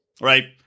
right